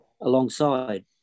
alongside